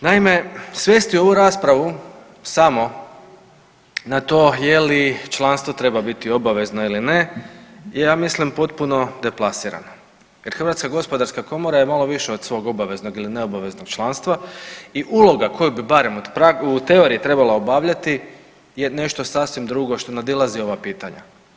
Naime, svesti ovu raspravu samo na to je li članstvo treba biti obavezno ili ne ja mislim potpuno deplasirano jer HGK je malo više od svog obaveznog ili neobaveznog članstva i uloga koju bi barem u teoriji trebala obavljati je nešto sasvim drugo što nadilazi ova pitanja.